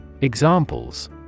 Examples